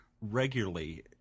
regularly